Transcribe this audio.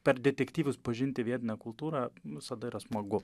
per detektyvus pažinti vietinę kultūrą visada yra smagu